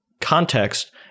context